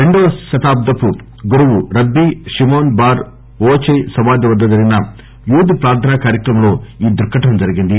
రెండవ శతాబ్దం గురువు రబ్బీ పిమోస్ బార్ ఓచై సమాధి వద్ద జరిగిన యూదు ప్రార్థనా కార్యక్రమంలో ఈ దుర్గటన జరిగింది